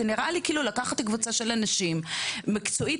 מקצועית,